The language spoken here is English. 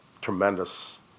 tremendous